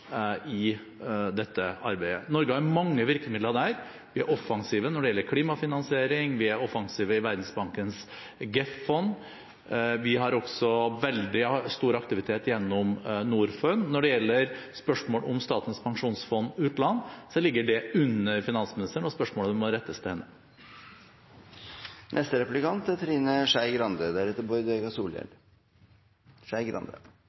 i dette arbeidet. Norge har mange virkemidler når det gjelder dette: Vi er offensive når det gjelder klimafinansiering og Verdensbankens GEF-fond, The Global Environment Facility. Vi har også veldig stor aktivitet gjennom Norfund. Når det gjelder spørsmål om Statens pensjonsfond utland, ligger det under finansministerens ansvarsområde, og spørsmålet må rettes til henne.